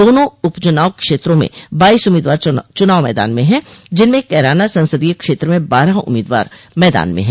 दोनों उप चूनाव क्षेत्रों में बाईस उम्मीदवार चुनाव मैदान में हैं जिनमें कैराना संसदीय क्षेत्र में बारह उम्मीदवार मैदान में हैं